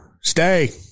Stay